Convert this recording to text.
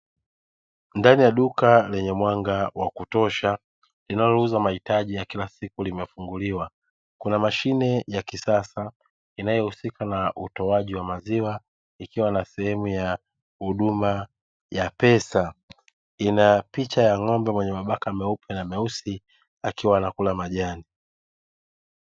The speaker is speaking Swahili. Ndani ya duka lenye mwanga wa kutosha linalouza mahitaji ya kila siku limefunguliwa, kuna mashine ya kisasa inayohusika na utoaji wa maziwa ikiwa na sehemu ya huduma ya pesa; ina picha ya ng'ombe mwenye mabaka meupe na meusi akiwa anakula majani.